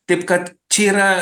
taip kad čia yra